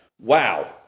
Wow